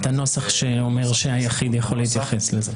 את הנוסח שאומר שהיחיד יכול להתייחס לזה.